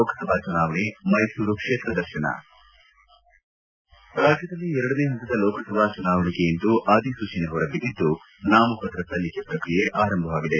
ಲೋಕಸಭಾ ಚುನಾವಣೆ ಮೈಸೂರು ಕ್ಷೇತ್ರ ದರ್ಶನ ರಾಜ್ಯದಲ್ಲಿ ಎರಡನೇ ಪಂತದ ಲೋಕಸಭಾ ಚುನಾವಣೆಗೆ ಇಂದು ಅಧಿಸೂಚನೆ ಹೊರಬಿದ್ದಿದ್ದು ನಾಮಪಕ್ರ ಸಲ್ಲಿಕೆ ಪ್ರಕ್ರಿಯೆ ಆರಂಭವಾಗಿದೆ